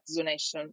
zonation